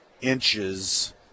inches